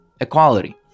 equality